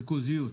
ריכוזיות.